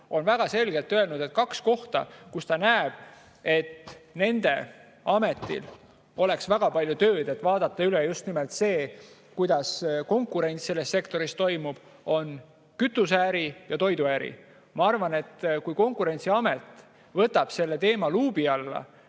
on väga selgelt öelnud, et on kaks kohta, kus ta näeb, et nende ametil oleks väga palju tööd, et vaadata üle just nimelt see, kuidas konkurents selles sektoris toimub – see on kütuseäris ja toiduäris. Kui Konkurentsiamet võtaks selle teema luubi alla